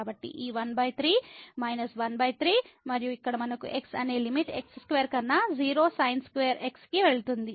కాబట్టి ఈ 13 కాబట్టి మైనస్ 13 మరియు ఇక్కడ మనకు x అనే లిమిట్ x2 కన్నా 0 sin2x కి వెళుతుంది